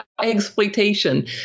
exploitation